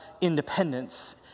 independence